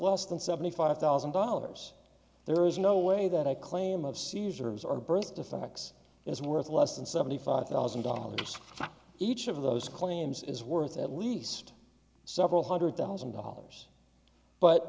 less than seventy five thousand dollars there is no way that a claim of seizures or birth defects is worth less than seventy five thousand dollars for each of those claims is worth at least several hundred thousand dollars but